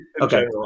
okay